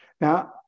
Now